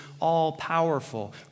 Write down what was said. all-powerful